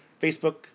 Facebook